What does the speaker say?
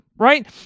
right